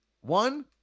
one